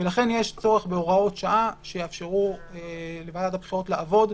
ולכן יש צורך בהוראות שעה שיאפשרו לוועדת הבחירות לעבוד.